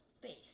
face